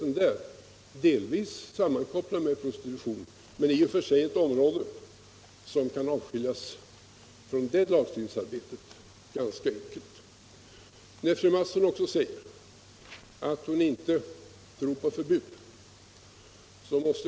Det området är delvis sammankopplat med pro-” 10 november 1976 stitutionen, men det kan dock i och för sig ganska enkelt avskiljas från lagstiftningsarbetet i den frågan. Pornografi m.m.